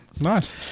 nice